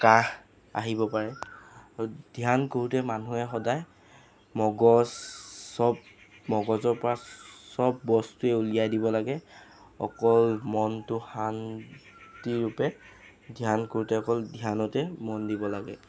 কাহ আহিব পাৰে আৰু ধ্যান কৰোঁতে মানুহে সদায় মগজ চব মগজৰ পৰা চব বস্তুয়ে উলিয়াই দিব লাগে অকল মনটো শান্তিৰূপে ধ্যান কৰোঁতে অকল ধ্যানতে মন দিব লাগে